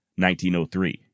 1903